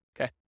Okay